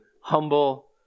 humble